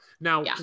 Now